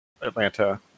Atlanta